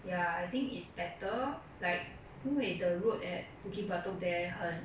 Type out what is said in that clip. ya I think it's better like 因为 the route at bukit batok there 很